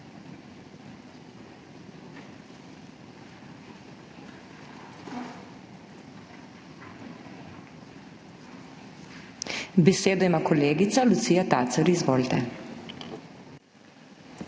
Besedo ima kolegica Lucija Tacer. Izvolite.